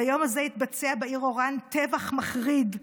ביום הזה התבצע בעיר אוראן טבח מחריד,